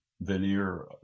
veneer